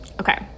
Okay